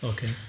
Okay